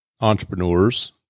entrepreneurs